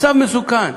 מצב מסוכן.